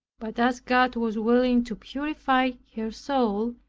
but as god was willing to purify her soul,